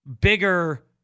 bigger